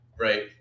right